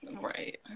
Right